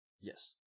Yes